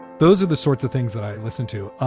those are the sorts of things that i listen to.